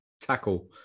tackle